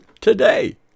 today